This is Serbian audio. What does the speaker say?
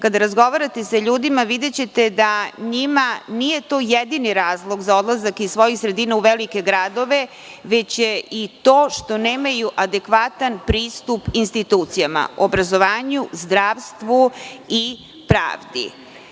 kada razgovarate sa ljudima, videćete da njima to nije jedini razlog za odlazak iz svojih sredina u velike gradove, već je i to što nemaju adekvatan pristup institucijama, obrazovanju, zdravstvu i pravdi.